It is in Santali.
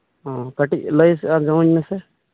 ᱚᱸᱻ ᱠᱟᱹᱴᱤᱡ ᱞᱟᱹᱭ ᱟᱸᱡᱚᱢ ᱟᱹᱧ ᱢᱮᱥᱮ